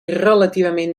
relativament